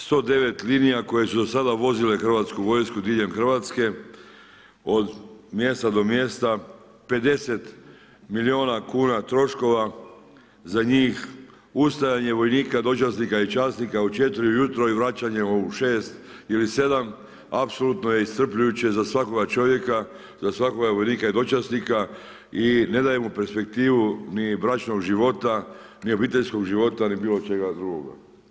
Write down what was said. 109 linija koje su do sada vozile hrvatsku vojsku diljem Hrvatske od mjesta do mjesta, 50 milijuna kuna troškova za njih, ustajanje vojnika, dočasnika i časnika u 4 ujutro i vraćanje u 6 ili 7 apsolutno je iscrpljujuće za svakoga čovjeka, za svakoga vojnika i dočasnika i ne daje mu perspektivu ni bračnog života, ni obiteljskog života ni bilo čega drugoga.